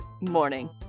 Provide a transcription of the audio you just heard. morning